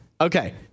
Okay